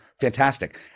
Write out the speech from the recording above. Fantastic